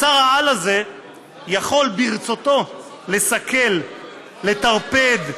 שר-העל הזה יכול ברצותו לסכל, לטרפד,